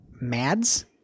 Mads